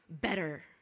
better